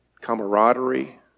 camaraderie